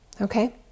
okay